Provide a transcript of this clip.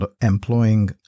employing